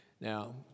Now